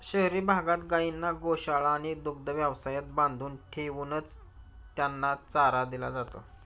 शहरी भागात गायींना गोशाळा आणि दुग्ध व्यवसायात बांधून ठेवूनच त्यांना चारा दिला जातो